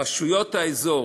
רשויות האזור